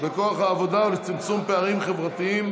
בכוח העבודה ולצמצום פערים חברתיים